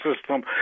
system